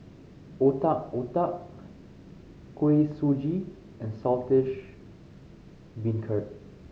Otak Otak Kuih Suji and Saltish Beancurd